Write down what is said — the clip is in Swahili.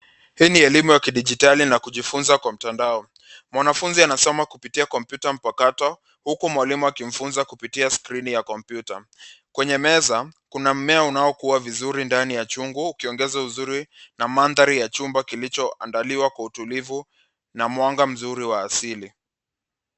Hii ni elimu ya kidijitali, na kujifunza kwa mtandao. mwanafunzi anasoma kupitia kompyuta mpakato huku mwalimu akimfunza kupitia skrini ya kompyuta. Kwenye meza, kuna mmea unaokua vizuri ndani ya chungu, ukiongeza uzuri na mandhari ya chumba kilichoandaliwa kwa utulivu na mwanga mzuri wa asili.